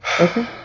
Okay